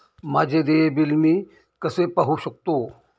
माझे देय बिल मी कसे पाहू शकतो?